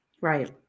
Right